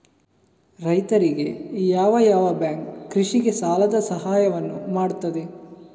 ರೈತರಿಗೆ ಯಾವ ಯಾವ ಬ್ಯಾಂಕ್ ಕೃಷಿಗೆ ಸಾಲದ ಸಹಾಯವನ್ನು ಮಾಡ್ತದೆ?